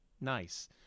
Nice